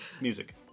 Music